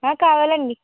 కావాలండి